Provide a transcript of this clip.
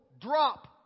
drop